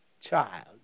child